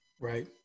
Right